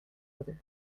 other